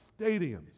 stadiums